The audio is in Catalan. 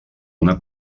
una